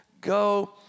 go